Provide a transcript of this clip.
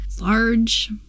Large